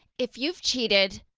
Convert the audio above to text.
if you've cheated,